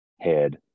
head